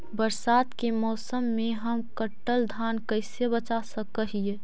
बरसात के मौसम में हम कटल धान कैसे बचा सक हिय?